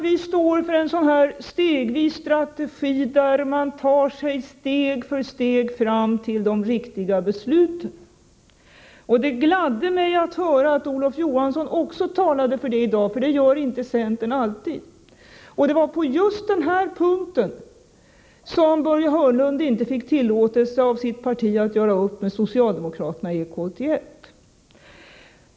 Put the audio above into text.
Vi står för en stegvis strategi, där vi steg för steg tar oss fram till de riktiga besluten. Det gladde mig att höra att Olof Johansson också talade för det i dag — det gör centern inte alltid. Det var just på denna punkt som Börje Hörnlund inte fick tillåtelse av sitt parti att göra upp med socialdemokraterna i EK 81.